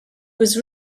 was